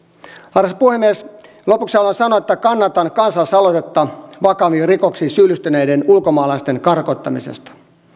arvoisa puhemies lopuksi haluan sanoa että kannatan kansalaisaloitetta vakaviin rikoksiin syyllistyneiden ulkomaalaisten karkottamisesta